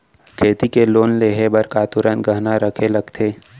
खेती के लोन लेहे बर का तुरंत गहना रखे लगथे?